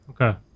okay